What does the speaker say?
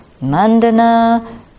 Mandana